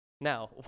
Now